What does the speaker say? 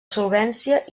solvència